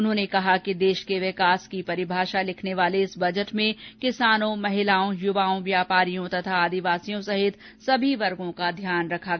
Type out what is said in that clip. उन्होंने कहा कि देश के विकास की परिभाषा लिखने वाले इस बजट में किसानों महलाओं युवाओं व्यापारियों तथा आदिवासियों सहित सभी वर्गों का ध्यान रखा गया है